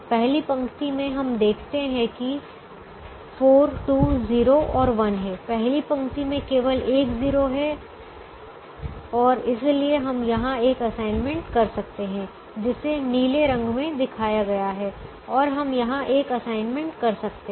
पहली पंक्ति में हम देखते हैं कि 4 2 0 और 1 हैं पहली पंक्ति में केवल एक 0 है और इसलिए हम यहां एक असाइनमेंट कर सकते हैं जिसे नीले रंग में दिखाया गया है और हम यहां एक असाइनमेंट कर सकते हैं